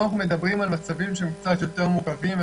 פה אנחנו מדברים על מצבים שהם קצת יותר מורכבים.